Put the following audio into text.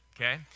okay